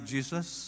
Jesus